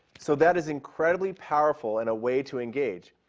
so that is incredibly powerful and a way to engage.